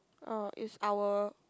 oh it's our